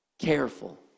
careful